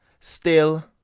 still,